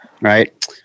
right